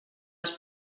els